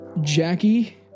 Jackie